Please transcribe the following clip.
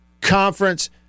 conference